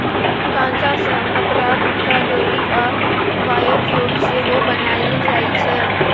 गांजा सँ कपरा, जुत्ता, डोरि आ बायोफ्युल सेहो बनाएल जाइ छै